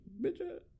bitch